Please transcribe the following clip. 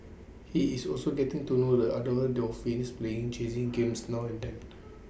he is also getting to know the other one dolphins playing chasing games now and then